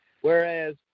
whereas